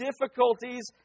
difficulties